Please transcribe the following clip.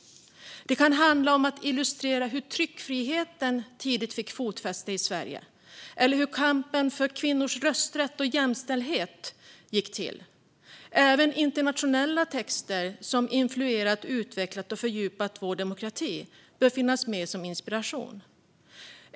Det kan handla om att illustrera hur tryckfriheten tidigt fick fotfäste i Sverige eller om hur kampen för kvinnors rösträtt och jämställdhet gick till. Även internationella texter som influerat, utvecklat och fördjupat vår demokrati bör finnas med som inspiration.